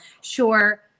sure